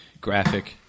graphic